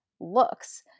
looks